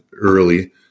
early